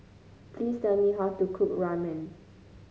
please tell me how to cook Ramen